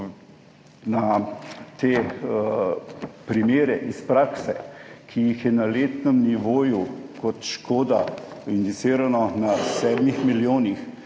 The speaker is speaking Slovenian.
na te primere iz prakse, ki so na letnem nivoju kot škoda indicirani na sedmih milijonih,